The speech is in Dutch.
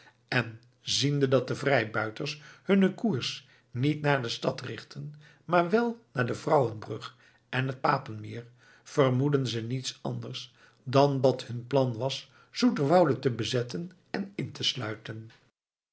en ziende dat de vrijbuiters hunnen koers niet naar de stad richtten maar wel naar de vrouwenbrug en het papenmeer vermoedden ze niets anders dan dat hun plan was zoeterwoude te bezetten en in te sluiten